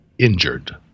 injured